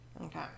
okay